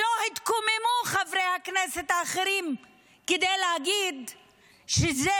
וחברי הכנסת האחרים לא התקוממו ולא אמרו שזה